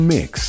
mix